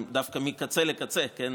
מקצה לקצה דווקא,